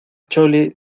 chole